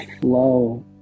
flow